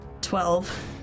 Twelve